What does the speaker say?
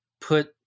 put